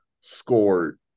scored